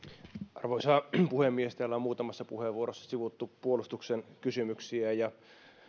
arvoisa puhemies täällä on muutamassa puheenvuorossa sivuttu puolustuksen kysymyksiä ja